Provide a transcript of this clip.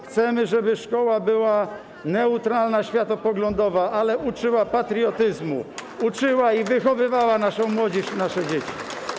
Chcemy, żeby szkoła była neutralna światopoglądowo, ale uczyła patriotyzmu, uczyła i wychowywała naszą młodzież i nasze dzieci.